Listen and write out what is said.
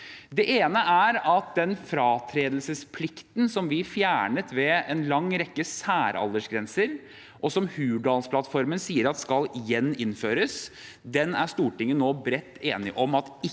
Det ene er at den fratredelsesplikten som vi fjernet ved en lang rekke særaldersgrenser, og som Hurdalsplattformen sier at skal gjeninnføres, er Stortinget nå bredt enige om at ikke